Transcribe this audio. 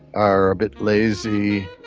are a bit lazy,